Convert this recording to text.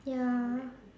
ya